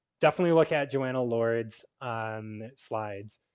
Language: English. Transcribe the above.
definitely look at joanna lord's um slides.